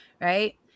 right